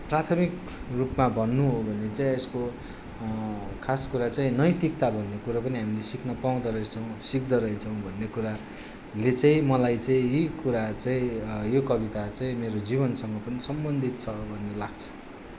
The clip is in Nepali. प्राथमिक रूपमा भन्नु हो भने चाहिँ यसको खास कुरो चाहिँ नैतिकता भन्ने कुरो पनि हामीले सिक्नु पाउँद रहेछौँ सिक्द रहेछौँ भन्ने कुराले चाहिँ मलाई चाहिँ यै कुरा चैँ यो कविता चैँ मेरो जीवनसँग पनि सम्बन्धित छ भन्ने लाग्छ